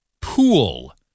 pool